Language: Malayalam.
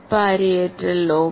parietal lobe